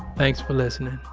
thanks for listening